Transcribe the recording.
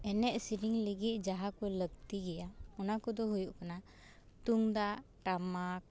ᱮᱱᱮᱡ ᱥᱮᱨᱮᱧ ᱞᱟᱹᱜᱤᱫ ᱡᱟᱦᱟᱸ ᱠᱚ ᱞᱟᱹᱠᱛᱤ ᱜᱮᱭᱟ ᱚᱱᱟ ᱠᱚᱫᱚ ᱦᱩᱭᱩᱜ ᱠᱟᱱᱟ ᱛᱩᱢᱫᱟᱜ ᱴᱟᱢᱟᱠ